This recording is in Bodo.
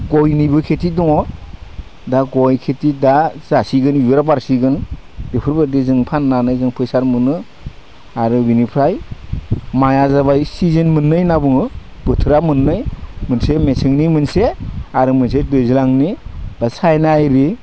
गयनिबो खिथि दङ दा गय खिथि दा जासिगोन बिबारा बारसिगोन बेफोरबायदि जों फाननानै जों फैसा मोनो आरो बिनिफ्राय माइआ जाबाय सिजोन मोननै होनना बुङो बोथोरा मोननै मोनसे मेसेंनि मोनसे आरो मोनसे दैज्लांनि बा सायना इरि